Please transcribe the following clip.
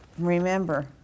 Remember